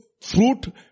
fruit